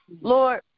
Lord